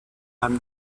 i’m